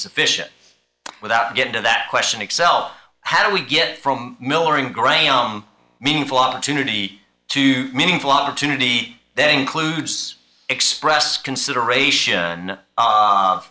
sufficient without getting to that question excel how do we get from miller in gray ome meaningful opportunity to meaningful opportunity that includes express consideration